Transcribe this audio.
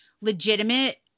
legitimate